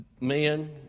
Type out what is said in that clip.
Men